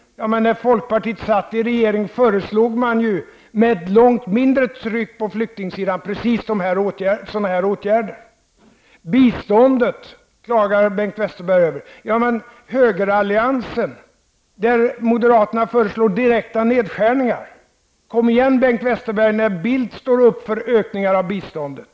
När folkpartiet satt i regering föreslog man med ett långt mindre tryck på flyktingsidan precis sådana här åtgärder. Bengt Westerberg klagar också över biståndet. Inom högeralliansen föreslår moderaterna direkta nedskärningar. Kom igen Bengt Westerberg när Carl Bildt står upp för ökningar av biståndet.